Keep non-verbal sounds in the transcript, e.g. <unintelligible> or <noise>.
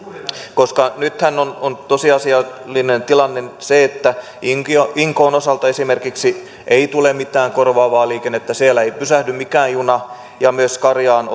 koska nythän on on tosiasiallinen tilanne se että inkoon inkoon osalta esimerkiksi ei tule mitään korvaavaa liikennettä siellä ei pysähdy mikään juna ja myös karjaan <unintelligible>